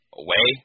away